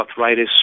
arthritis